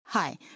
Hi